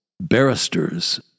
Barristers